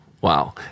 Wow